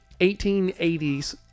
1880s